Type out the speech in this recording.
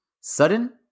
sudden